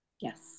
yes